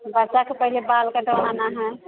बच्चाके पहिने बाल कटवाना है